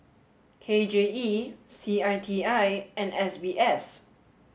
K J E C I T I and S B S